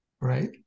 Right